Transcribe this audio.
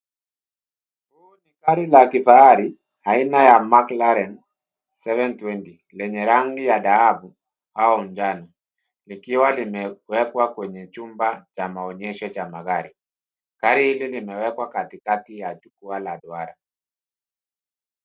Huu ni gari la kifahari aina ya McClaren 720 lenye rangi ya dhahabu au njano likiwa limewekwa kwenye chumba cha maonyesho cha magari. Gari hili limewekwa katikati ya jukwaa la duara.